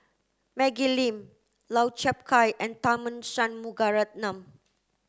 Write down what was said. Maggie Lim Lau Chiap Khai and Tharman Shanmugaratnam